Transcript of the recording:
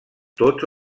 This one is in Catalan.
tot